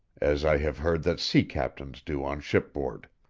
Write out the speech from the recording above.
as i have heard that sea captains do on shipboard.